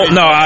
no